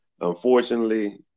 unfortunately